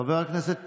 חבר הכנסת פינדרוס,